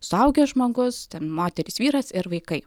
suaugęs žmogus ten moteris vyras ir vaikai